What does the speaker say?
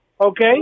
okay